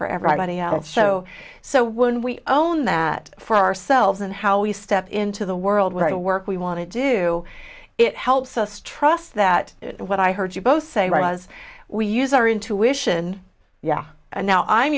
for everybody out of show so when we own that for ourselves and how we step into the world where i work we want to do it helps us trust that what i heard you both say was we use our intuition yeah and now i'm